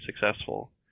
successful